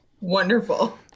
Wonderful